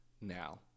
Now